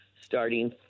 starting